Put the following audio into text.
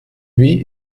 wie